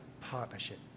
partnership